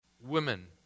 women